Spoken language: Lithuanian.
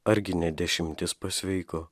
argi ne dešimtis pasveiko